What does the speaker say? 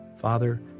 father